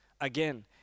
again